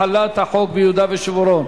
החלת החוק ביהודה ושומרון),